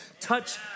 touch